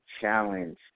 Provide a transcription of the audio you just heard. challenge